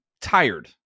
tired